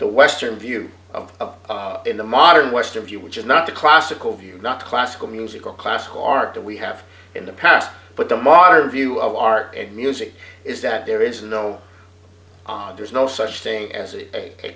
the western view of in the modern western view which is not the classical view not classical music or classical art that we have in the past but them our view of art and music is that there is no odd there's no such thing as a